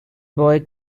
boy